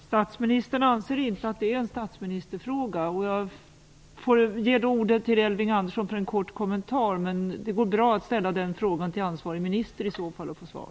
Statsministern anser inte att detta är en statsministerfråga. Jag ger då ordet till Elving Andersson för en kort kommentar. Det går bra att senare ställa frågan till ansvarig minister och få svar.